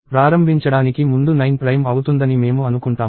ప్రారంభించడానికి ముందు 9 ప్రైమ్ అవుతుందని మేము అనుకుంటాము